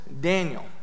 Daniel